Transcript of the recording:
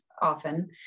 often